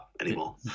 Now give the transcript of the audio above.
anymore